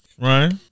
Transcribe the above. Right